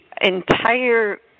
entire